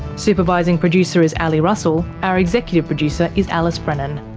supervising producer is ali russell. our executive producer is alice brennan.